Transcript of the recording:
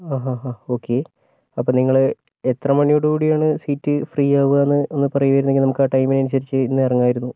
ആ ആ ആ ഓക്കെ അപ്പോൾ നിങ്ങൾ എത്ര മണിയോട് കൂടിയാണ് സീറ്റ് ഫ്രീ ആവുക എന്ന് ഒന്ന് പറയുമായിരുന്നെങ്കിൽ നമുക്ക് ആ ടൈമിന് അനുസരിച്ച് ഇന്ന് ഇറങ്ങാമായിരുന്നു